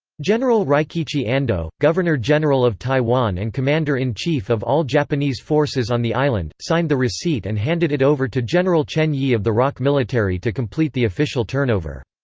general rikichi ando, governor-general of taiwan and commander-in-chief of all japanese forces on the island, signed the receipt and handed it over to general chen yi of the roc military to complete the official turnover.